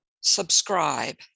subscribe